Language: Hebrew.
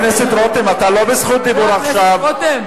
רותם, אתה לא ברשות דיבור עכשיו.